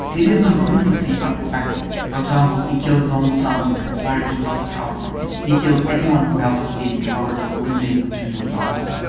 he did so ruthlessly but effectively, for example, he killed his own son for conspiring to take power from him. he killed anyone who helped him gain power to eliminate potential rivals.